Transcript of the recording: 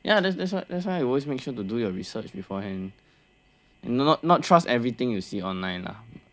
that's why that's why you always make sure to do your research beforehand not trust every thing you see online ah need to